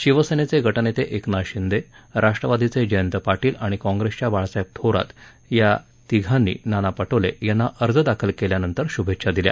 शिवसेनेचे गटनेते एकनाथ शिंदे राष्ट्रवादीचे जयंत पाटील आणि काँप्रेसच्या बाळासाहेब थोरात या तिघांनी नाना पटोले यांना अर्ज दाखल केल्यानंतर शुभेच्छा दिल्या